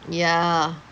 ya